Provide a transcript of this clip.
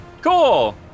Cool